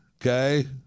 Okay